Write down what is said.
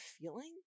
feeling